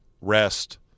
rest